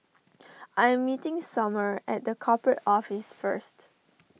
I am meeting Somer at the Corporate Office first